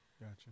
Gotcha